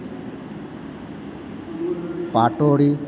પાટોડી